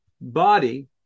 body